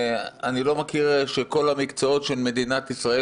אני לא מכיר שכל המקצועות של מדינת ישראל